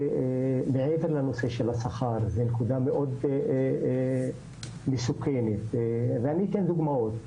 שמעבר לנושא של השכר זו נקודה מאוד מסוכנת ואני אתן דוגמאות.